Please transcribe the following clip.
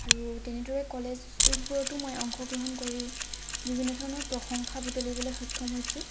আৰু তেনেদৰে কলেজ উইকবোৰতো মই অংশগ্ৰহণ কৰি বিভিন্ন ধৰণৰ প্ৰশংসা বুটলিবলৈ সক্ষম হৈছো